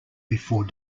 before